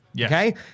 Okay